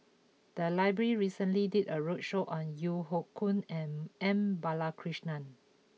the library recently did a roadshow on Yeo Hoe Koon and M Balakrishnan